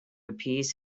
appease